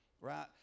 right